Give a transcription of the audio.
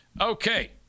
Okay